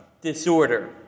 disorder